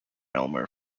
elmer